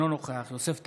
אינו נוכח יוסף טייב,